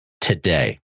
today